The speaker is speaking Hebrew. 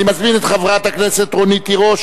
אני מזמין את חברת הכנסת רונית תירוש